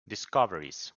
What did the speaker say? discoveries